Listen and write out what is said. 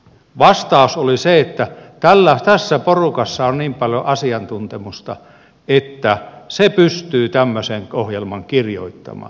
vastaus oli se että tässä porukassa on niin paljon asiantuntemusta että se pystyy tämmöisen ohjelman kirjoittamaan